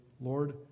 Lord